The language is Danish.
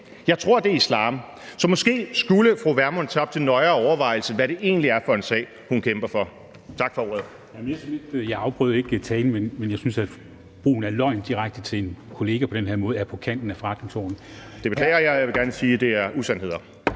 Jeg tror, det er islam. Så måske skulle fru Vermund tage op til nøjere overvejelse, hvad det egentlig er for en sag, hun kæmper for. Tak for ordet. Kl. 13:36 Formanden (Henrik Dam Kristensen): Jeg afbrød ikke talen, men jeg synes, at brugen af ordet løgn direkte til en kollega på den her måde er på kanten af forretningsordenen. (Morten Messerschmidt (DF): Det beklager jeg, og jeg vil gerne sige, at det er usandheder).